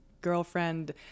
girlfriend